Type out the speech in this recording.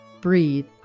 Breathe